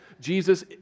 Jesus